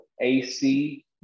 AC